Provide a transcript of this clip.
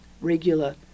regular